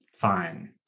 fine